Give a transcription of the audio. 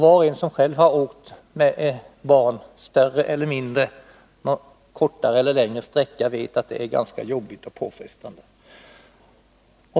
Var och en som själv åkt med ett barn, större eller mindre, en längre eller kortare sträcka vet att det är ganska jobbigt och påfrestande.